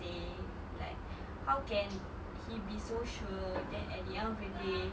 seh like how can he be so sure then at the end of the day